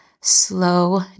Slow